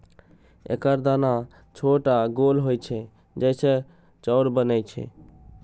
एकर दाना छोट आ गोल होइ छै, जइसे चाउर बनै छै